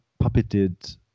puppeted